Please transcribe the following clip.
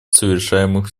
совершаемых